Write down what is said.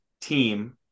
team